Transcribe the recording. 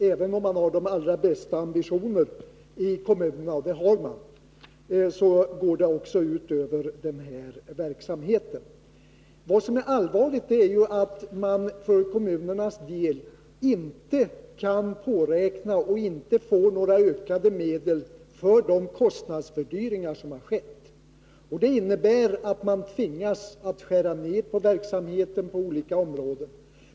Även om man har de allra bästa ambitioner i kommunerna — och det har man — går det också ut över den här verksamheten. Vad som är allvarligt är att man för kommunernas del inte får och inte kan påräkna några ökade medel för de kostnadsfördyringar som har skett. Det innebär att man tvingas skära ned verksamheten på olika områden.